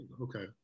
Okay